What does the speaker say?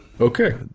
Okay